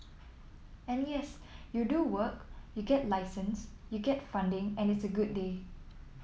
and yes you do work you get a license you get funding and it's a good day